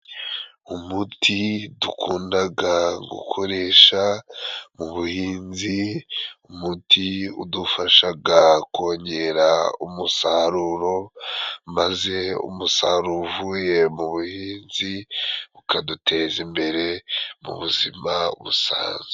Umuti dukundaga gukoresha mu buhinzi, umuti udufashaga kongera umusaruro, maze umusaruro uvuye mu buhinzi bu ukaduteza imbere mu buzima busazwe.